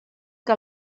que